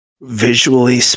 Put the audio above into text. visually